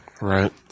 Right